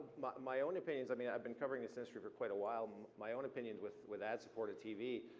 but my own opinion is, i mean i've been covering this industry for quite a while. my own opinion with with ad supported tv,